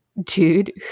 dude